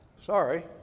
Sorry